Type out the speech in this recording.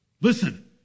Listen